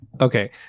Okay